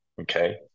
okay